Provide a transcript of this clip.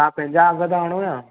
तव्हां पंहिंजा अघु था हणो छा